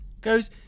goes